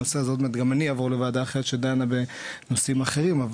אז עוד מעט גם אני אעבור לוועדה אחרת שדנה בנושאים אחרים,